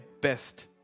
best